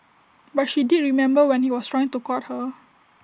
but she did remember when he was trying to court her